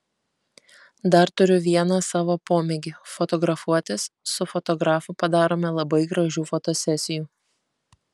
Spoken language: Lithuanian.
dar turiu vieną savo pomėgį fotografuotis su fotografu padarome labai gražių fotosesijų